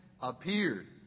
appeared